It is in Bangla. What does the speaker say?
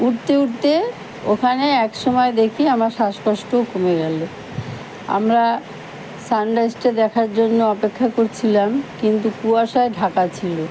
উটতে উঠতে ওখানে এক সময় দেখি আমার শ্বাসকষ্টও কমে গেল আমরা সানরাইসটা দেখার জন্য অপেক্ষা করছিলাম কিন্তু কুয়াশায় ঢাকা ছিলো